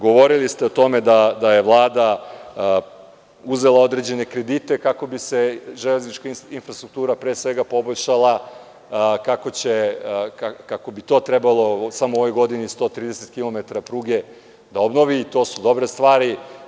Govorili ste o tome da je Vlada uzela određene kredite kako bi se železnička infrastruktura, pre svega, poboljšala, kako bi to trebalo samo u ovoj godini 130 kilometara pruge da obnovi i to su dobre stvari.